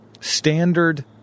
standard